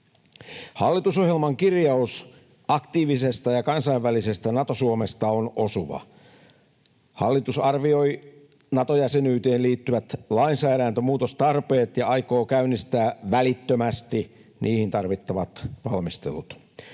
Hallitusohjelman kirjaus aktiivisesta ja kansainvälisestä Nato- Suomesta on osuva. Hallitus arvioi Nato-jäsenyyteen liittyvät lainsäädäntömuutostarpeet ja aikoo käynnistää välittömästi niihin tarvittavat valmistelut.